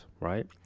right